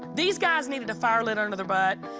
these guys needed a fire lit under their butt.